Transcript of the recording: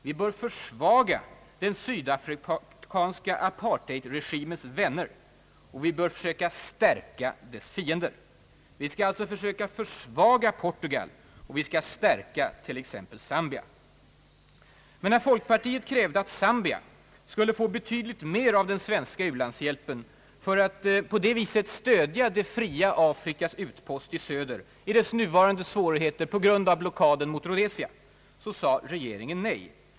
Vi bör försvaga den sydafrikanska apartheidregimens vänner och söka stärka dess fiender. Vi skall försöka försvaga Portugal och stärka t.ex. Zambia. Men när folkpartiet krävde att just Zambia skulle få betydligt mer av den svenska u-landshjälpen för att på det viset stödja det fria Afrikas utpost i söder i dess nuvarande svårigheter på grund av blockaden av Rhodesia, sade socialdemokraterna och regeringen nej.